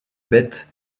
bête